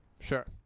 Sure